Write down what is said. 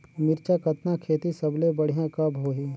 मिरचा कतना खेती सबले बढ़िया कब होही?